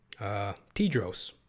Tidros